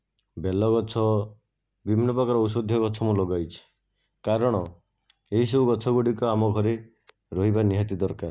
ବେଲ ଗଛ ବିଭିନ୍ନ ପ୍ରକାର ଔଷଧୀୟ ଗଛ ମୁଁ ଲଗାଇଛି କାରଣ ଏହିସବୁ ଗଛ ଗୁଡ଼ିକ ଆମ ଘରେ ରହିବା ନିହାତି ଦରକାର